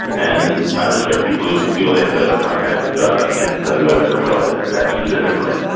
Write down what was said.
and i respect people feel they have that contact with god. i can't tell you i've ever felt it that specifically.